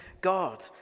God